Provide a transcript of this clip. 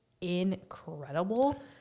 Incredible